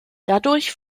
dadurch